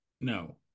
No